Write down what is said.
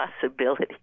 possibility